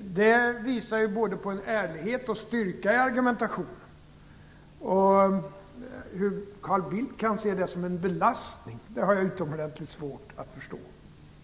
Det visar både på en ärlighet och en styrka i argumentationen. Hur Carl Bildt kan se det som en belastning har jag utomordentligt svårt att förstå.